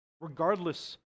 Regardless